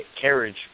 carriage